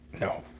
No